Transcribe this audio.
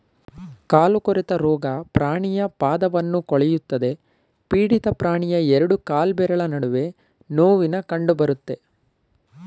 ಕಾಲು ಕೊಳೆತ ರೋಗ ಪ್ರಾಣಿಯ ಪಾದವನ್ನು ಕೊಳೆಯುತ್ತದೆ ಪೀಡಿತ ಪ್ರಾಣಿಯ ಎರಡು ಕಾಲ್ಬೆರಳ ನಡುವೆ ನೋವಿನ ಕಂಡಬರುತ್ತೆ